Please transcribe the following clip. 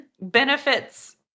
Benefits